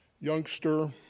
youngster